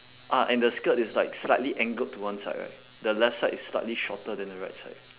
ah and the skirt is like slightly angled to one side right the left side is slightly shorter than the right side